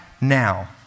now